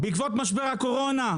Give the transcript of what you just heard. בעקבות משבר הקורונה,